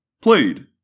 played